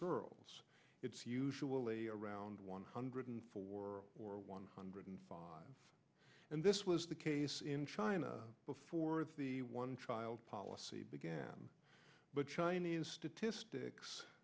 girls it's usually around one hundred four or one hundred five and this was the case in china before the one child policy began but chinese statistics